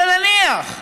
אבל נניח,